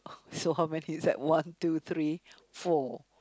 so how many is that one two three four